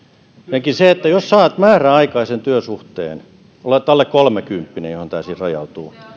ensinnäkin se jos saat määräaikaisen työsuhteen olet alle kolmekymppinen mihin tämä siis rajautuu